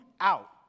out